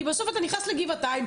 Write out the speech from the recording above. כי בסוף אתה נכנס לגבעתיים,